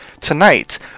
Tonight